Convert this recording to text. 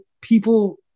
people